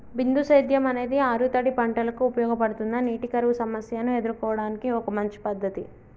బిందు సేద్యం అనేది ఆరుతడి పంటలకు ఉపయోగపడుతుందా నీటి కరువు సమస్యను ఎదుర్కోవడానికి ఒక మంచి పద్ధతి?